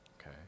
okay